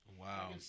Wow